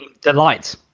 Delight